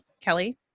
Kelly